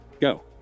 Go